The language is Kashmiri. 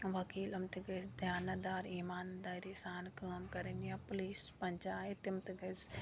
ؤکیٖل یِم تہِ گٔژھۍ دِیانَت دار ایٖمان دٲری سان کٲم کَرٕنۍ یا پُلیٖس پَنچایت تِم تہِ گٔژھۍ